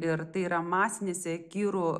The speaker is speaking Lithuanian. ir tai yra masinėse kirų